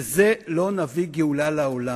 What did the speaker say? אבל בזה לא נביא גאולה לעולם.